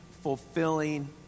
fulfilling